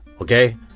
okay